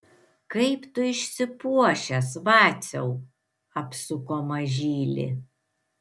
kaip tu išsipuošęs vaciau apsuko mažylį